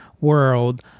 world